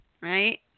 right